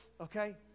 okay